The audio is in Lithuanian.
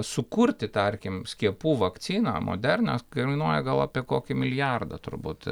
sukurti tarkim skiepų vakciną modernią kainuoja gal apie kokį milijardą turbūt